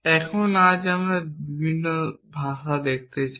এখন আজ আমরা একটি ভিন্ন ভাষা দেখতে চাই